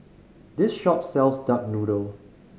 this shop sells duck noodle